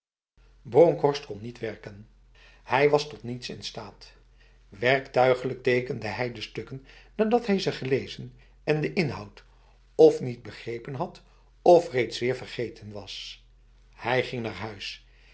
bronkhorst kon niet werken hij was tot niets in staat werktuiglijk tekende hij de stukken nadat hij ze gelezen en de inhoud f niet begrepen had f reeds weer vergeten was hij ging naar huis